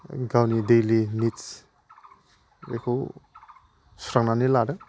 गावनि daily needs बेखौ सुस्रांनानै लादों